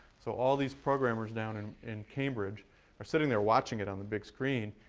so all these programmers down in in cambridge are sitting there, watching it on the big screen.